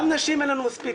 גם נשים אין לנו מספיק.